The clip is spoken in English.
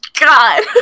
God